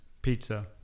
Pizza